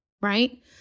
right